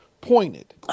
pointed